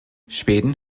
schweden